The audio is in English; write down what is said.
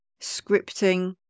scripting